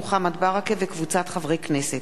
מוחמד ברכה וקבוצת חברי כנסת.